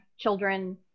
children